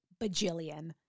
bajillion